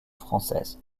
française